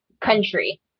country